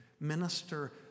minister